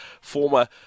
former